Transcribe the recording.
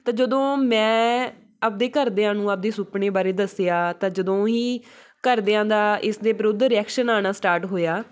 ਤਾਂ ਜਦੋਂ ਮੈਂ ਆਪਣੇ ਘਰਦਿਆਂ ਨੂੰ ਆਪਣੇ ਸੁਪਨੇ ਬਾਰੇ ਦੱਸਿਆ ਤਾਂ ਜਦੋਂ ਹੀ ਘਰਦਿਆਂ ਦਾ ਇਸਦੇ ਵਿਰੁੱਧ ਰਿਐਕਸ਼ਨ ਆਉਣਾ ਸਟਾਰਟ ਹੋਇਆ